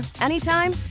anytime